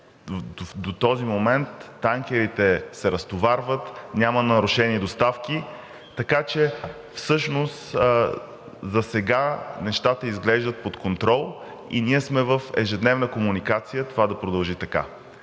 до този момент танкерите се разтоварват, няма нарушени доставки, така че всъщност засега нещата изглеждат под контрол и ние сме в ежедневна комуникация това да продължи така.